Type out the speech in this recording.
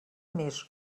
més